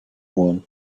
want